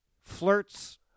flirts